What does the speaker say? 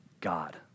God